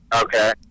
Okay